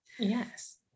yes